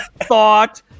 thought